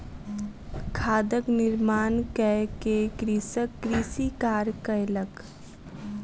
खादक निर्माण कय के कृषक कृषि कार्य कयलक